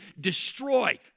destroy